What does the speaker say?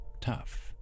tough